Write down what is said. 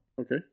Okay